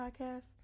podcast